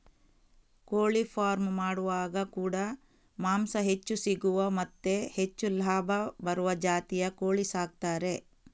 ಕೋಳಿ ಫಾರ್ಮ್ ಮಾಡುವಾಗ ಕೂಡಾ ಮಾಂಸ ಹೆಚ್ಚು ಸಿಗುವ ಮತ್ತೆ ಹೆಚ್ಚು ಲಾಭ ಬರುವ ಜಾತಿಯ ಕೋಳಿ ಸಾಕ್ತಾರೆ